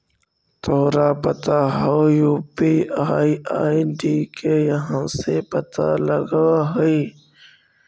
तोरा पता हउ, यू.पी.आई आई.डी के कहाँ से पता लगऽ हइ?